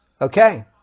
Okay